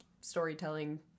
storytelling